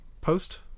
post